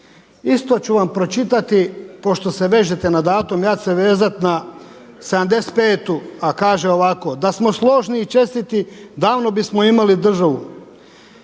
Isto ću vam pročitati pošto se vežete na datum, ja ću se vezati na 75., a kaže ovako: „Da smo složni i čestiti davno bismo imali državu,